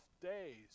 days